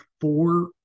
four